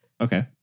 Okay